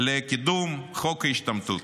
לקידום חוק ההשתמטות.